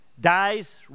dies